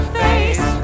face